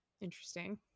interesting